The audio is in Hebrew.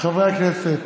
חברי הכנסת,